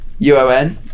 UON